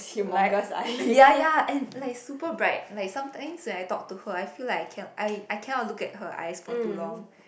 like ya ya and like super bright like sometimes when I talk to her I feel like can I I cannot look to her eyes for too long